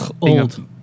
old